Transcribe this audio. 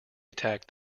attacked